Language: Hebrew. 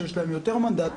שיש להם יותר מנדטים,